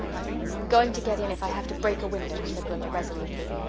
i'm going to get in if i have to break a window, said rilla resolutely.